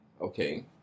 okay